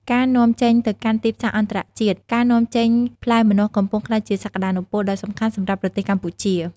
ការនាំចេញទៅកាន់ទីផ្សារអន្តរជាតិការនាំចេញផ្លែម្នាស់កំពុងក្លាយជាសក្តានុពលដ៏សំខាន់សម្រាប់ប្រទេសកម្ពុជា។